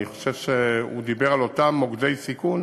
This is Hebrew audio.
אני חושב שהוא דיבר על אותם מוקדי סיכון